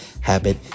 habit